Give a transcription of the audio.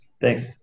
Thanks